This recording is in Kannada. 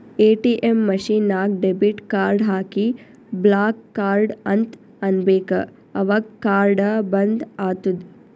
ಎ.ಟಿ.ಎಮ್ ಮಷಿನ್ ನಾಗ್ ಡೆಬಿಟ್ ಕಾರ್ಡ್ ಹಾಕಿ ಬ್ಲಾಕ್ ಕಾರ್ಡ್ ಅಂತ್ ಅನ್ಬೇಕ ಅವಗ್ ಕಾರ್ಡ ಬಂದ್ ಆತ್ತುದ್